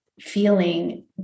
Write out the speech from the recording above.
Feeling